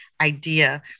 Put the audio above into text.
idea